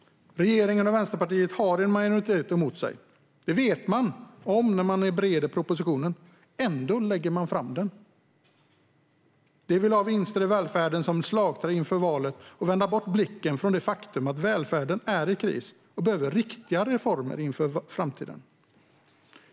Regeringen och Vänsterpartiet har en majoritet emot sig. Det vet man om när man bereder propositionen. Ändå lägger man fram den. Man vill ha vinster i välfärden som slagträ inför valet och vända bort blicken från det faktum att välfärden är i kris och behöver riktiga reformer inför framtiden.